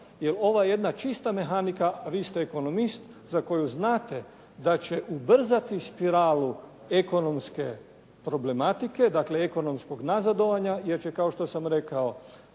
jer ovo je jedna čista mehanika, a vi ste ekonomist za koju znate da će ubrzati spiralu ekonomske problematike, dakle ekonomskog nazadovanja, jer će kao što sam rekao